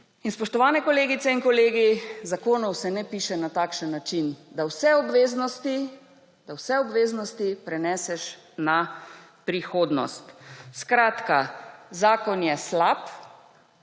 In, spoštovane kolegice in kolegi, zakonov se ne piše na takšen način, da vse obveznosti preneseš na prihodnost. Skratka zakon je slab,